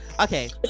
Okay